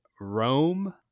Rome